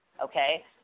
okay